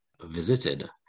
visited